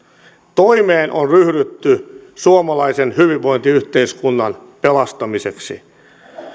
toimeen on ryhdytty suomalaisen hyvinvointiyhteiskunnan pelastamiseksi